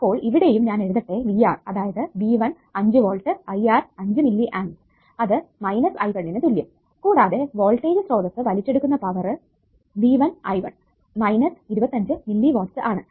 അപ്പോൾ ഇവിടെയും ഞാൻ എഴുതട്ടെ VR അതായത് V1 5 volt IR 5 milliamps അത് I1 നു തുല്യം കൂടാതെ വോൾടേജ് സ്രോതസ്സ് വലിച്ചെടുക്കുന്ന power V1 I1 25 milliwatts ആണ്